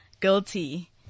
guilty